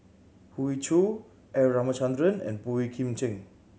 Hoey Choo R Ramachandran and Boey Kim Cheng